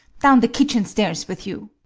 down the kitchen stairs with you.